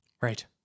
Right